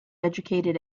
educated